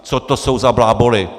Co to jsou za bláboly?!